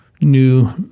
new